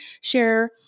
share